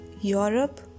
Europe